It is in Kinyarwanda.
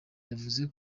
yavuze